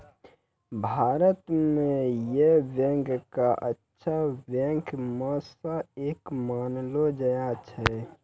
भारत म Yes Bank क अच्छा बैंक म स एक मानलो जाय छै